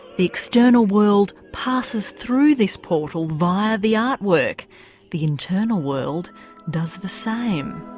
the external world passes through this portal via the art work the internal world does the same.